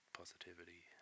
positivity